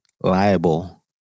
Liable